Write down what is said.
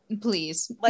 Please